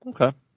Okay